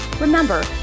Remember